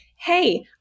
hey